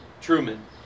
Truman